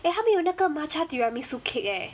eh 它们有那个 matcha tiramisu cake eh